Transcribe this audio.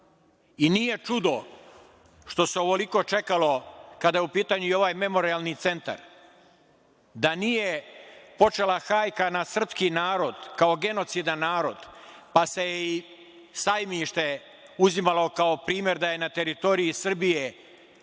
I nije čudo što se ovoliko čekalo kada je u pitanju i ovaj Memorijalni centar. Da nije počela hajka na srpski narod kao genocidan narod, pa se i Sajmište uzimalo kao primer da je na teritoriji Srbije